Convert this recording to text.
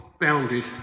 bounded